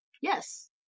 Yes